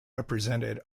represented